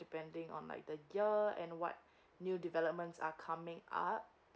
depending on like the year end what new developments are coming up